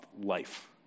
life